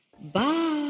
Bye